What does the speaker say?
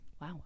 Wow